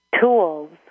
tools